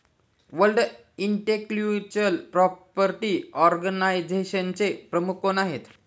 World intellectual property ऑर्गनायझेशनचे प्रमुख कोण आहेत?